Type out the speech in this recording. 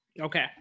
okay